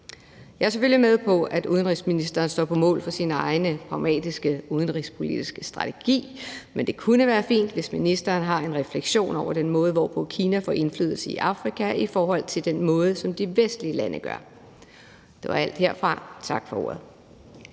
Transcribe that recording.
Jeg er selvfølgelig med på, at udenrigsministeren står på mål for sin egen pragmatiske udenrigspolitiske strategi, men det kunne være fint, hvis ministeren har en refleksion over den måde, hvorpå Kina får indflydelse i Afrika, set i forhold til den måde, hvorpå de vestlige lande gør det. Det var alt herfra. Tak for ordet.